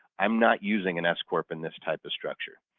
i'm not using and an s-corp in this type of structure.